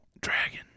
Dragon